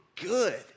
good